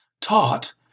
taught